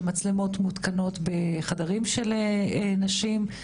שמצלמות מותקנות בחדרים של נשים,